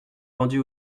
rendus